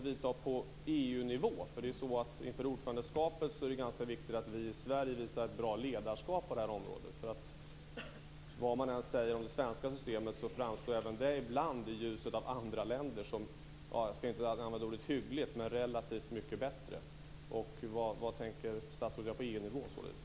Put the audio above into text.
Inför ordförandeskapet är det ju ganska viktigt att vi i Sverige visar ett bra ledarskap på det här området, för vad man än säger om det svenska systemet så framstår även det ibland i ljuset av andra länder som - jag ska inte använda ordet hyggligt - relativt mycket bättre. Vad tänker statsrådet göra på EU-nivå således?